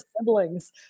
siblings